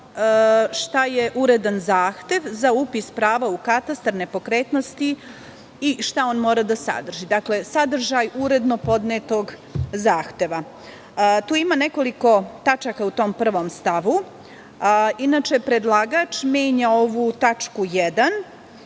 šta je uredan zahtev za upis prava u katastar nepokretnosti i šta on mora da sadrži. Dakle, sadržaj uredno podnetog zahteva. Tu ima nekoliko tačaka u tom 1. stavu. Inače, predlagač menja ovu tačku 1,